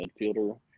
midfielder